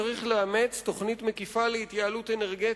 צריך לאמץ תוכנית מקיפה להתייעלות אנרגטית.